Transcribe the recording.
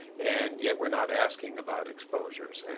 and yet we are not asking about exposures. and